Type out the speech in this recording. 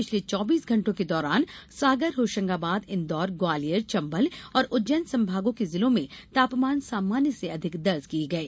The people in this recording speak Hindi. पिछले चौबीस घण्टों के दौरान सागर होशंगाबाद इंदौर ग्वालियर चंबल और उज्जैन संभागों के जिलों में तापमान सामान्य से अधिक दर्ज किये गये